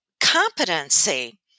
competency